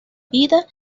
vida